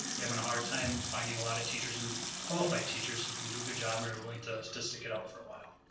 we're having a hard time finding a lot of teachers, and qualified teachers, who can do a good job and are willing to to stick it out for a while.